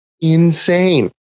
Insane